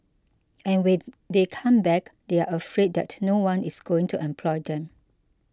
and when they come back they are afraid that no one is going to employ them